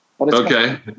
Okay